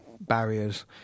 barriers